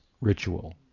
ritual